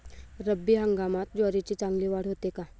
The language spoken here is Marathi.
रब्बी हंगामात ज्वारीची चांगली वाढ होते का?